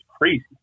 crazy